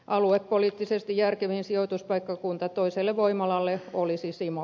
aluepoliittisesti järkevin sijoituspaikkakunta toiselle voimalalle olisi simo